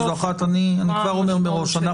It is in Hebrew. שאני כבר אומר מראש,